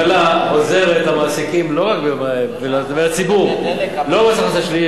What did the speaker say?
הממשלה עוזרת למעסיקים ולציבור לא במס הכנסה שלילי,